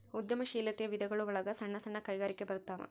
ಉದ್ಯಮ ಶೀಲಾತೆಯ ವಿಧಗಳು ಒಳಗ ಸಣ್ಣ ಸಣ್ಣ ಕೈಗಾರಿಕೆ ಬರತಾವ